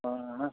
ਹਾਂ ਹੈ ਨਾ